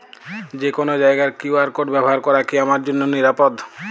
যে কোনো জায়গার কিউ.আর কোড ব্যবহার করা কি আমার জন্য নিরাপদ?